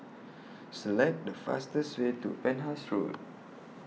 Select The fastest Way to Penhas Road